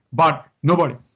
but nobody.